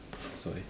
that's why